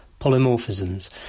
polymorphisms